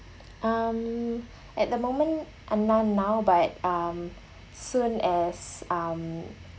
um at the moment uh none now but um soon as um